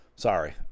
Sorry